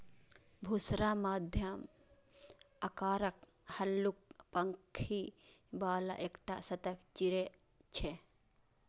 बुशरा मध्यम आकारक, हल्लुक पांखि बला एकटा सतर्क चिड़ै छियै